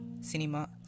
cinema